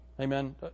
Amen